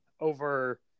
over